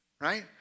right